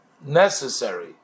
necessary